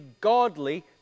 godly